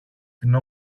την